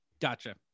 Gotcha